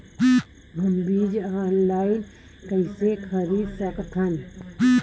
हमन बीजा ऑनलाइन कइसे खरीद सकथन?